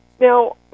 Now